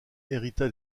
hérita